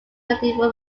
medieval